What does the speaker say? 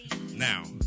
now